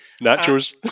Naturals